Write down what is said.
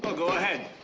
but go ahead.